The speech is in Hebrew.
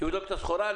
לבדוק את הסחורה,